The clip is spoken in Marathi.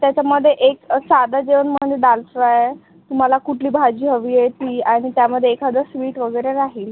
त्याच्यामध्ये एक साधं जेवण म्हणजे दाल फ्राय तुम्हाला कुठली भाजी हवी आहे ती आणि त्यामध्ये एखादं स्वीट वगैरे राहील